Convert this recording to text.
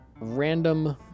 random